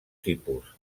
tipus